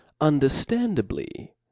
Understandably